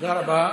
תודה רבה.